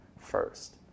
first